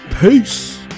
peace